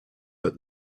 but